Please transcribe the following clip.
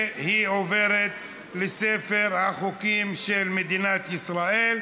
והיא נכנסת לספר החוקים של מדינת ישראל.